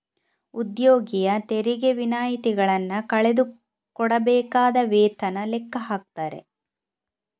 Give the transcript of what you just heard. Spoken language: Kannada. ಉದ್ಯೋಗಿಯ ತೆರಿಗೆ ವಿನಾಯಿತಿಗಳನ್ನ ಕಳೆದು ಕೊಡಬೇಕಾದ ವೇತನ ಲೆಕ್ಕ ಹಾಕ್ತಾರೆ